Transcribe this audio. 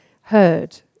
heard